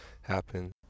happen